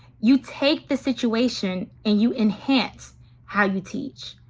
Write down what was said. you take the situation and you enhance how you teach.